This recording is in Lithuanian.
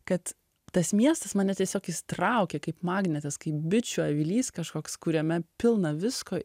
kad tas miestas mane tiesiog jis traukė kaip magnetas kaip bičių avilys kažkoks kuriame pilna visko